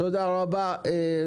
תודה רבה.